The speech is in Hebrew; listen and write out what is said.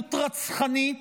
אלימות רצחנית,